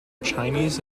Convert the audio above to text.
chinese